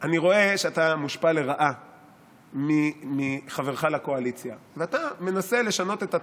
אני רואה שאתה מושפע לרעה מחברך לקואליציה ואתה מנסה לשנות את התורה.